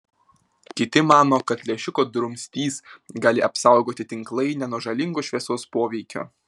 kiti mano kad lęšiuko drumstys gali apsaugoti tinklainę nuo žalingo šviesos poveikio